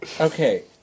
Okay